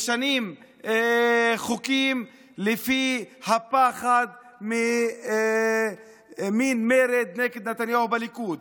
משנים חוקים לפי הפחד ממין מרד נגד נתניהו בליכוד,